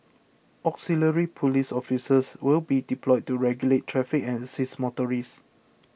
auxiliary police officers will be deployed to regulate traffic and assist motorists